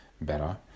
better